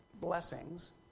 blessings